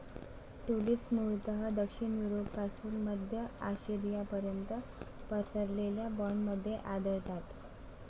tulips मूळतः दक्षिण युरोपपासून मध्य आशियापर्यंत पसरलेल्या बँडमध्ये आढळतात